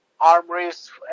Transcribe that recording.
armories